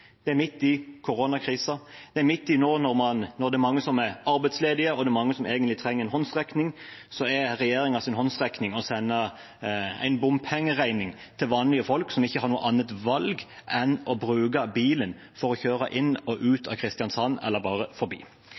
Det er midt i koronakrisen, og når det er mange som er arbeidsledige, og det er mange som egentlig trenger en håndsrekning, er regjeringens håndsrekning å sende en bompengeregning til vanlige folk som ikke har noe annet valg enn å bruke bilen for å kjøre inn og ut av Kristiansand eller bare forbi.